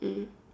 mm